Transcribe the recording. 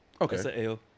Okay